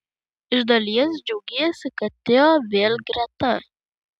iš dalies džiaugiesi kad teo vėl greta